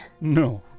No